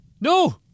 No